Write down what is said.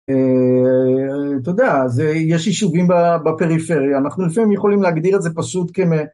אתה יודע, יש יישובים בפריפריה, אנחנו לפעמים יכולים להגדיר את זה פשוט כ...